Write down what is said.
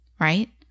Right